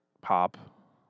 pop